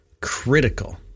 critical